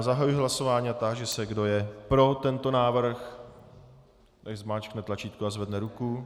Zahajuji hlasování a táži se, kdo je pro tento návrh, nechť zmáčkne tlačítko a zvedne ruku.